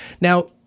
Now